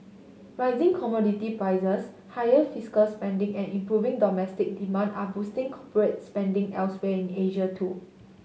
rising commodity prices higher fiscal spending and improving domestic demand are boosting corporates spending elsewhere in Asia too